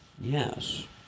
Yes